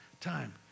time